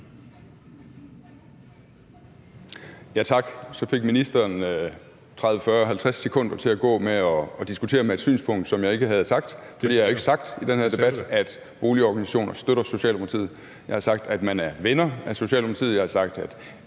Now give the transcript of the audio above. Tak. Så fik ministeren 30, 40, 50 sekunder til at gå med at diskutere et synspunkt, som jeg ikke har givet udtryk for, for jeg har i den her debat ikke sagt, at boligorganisationer støtter Socialdemokratiet. Jeg har sagt, at man er venner af Socialdemokratiet;